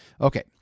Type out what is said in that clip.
okay